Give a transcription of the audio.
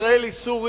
ישראלי סורי,